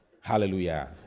Hallelujah